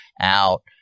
out